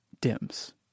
dims